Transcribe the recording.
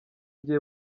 gihe